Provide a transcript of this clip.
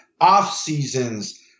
off-seasons